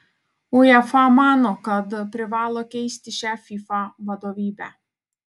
uefa mano kad privalo keisti šią fifa vadovybę